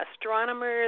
astronomers